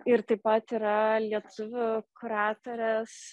ir taip pat yra lietuvių kuratorės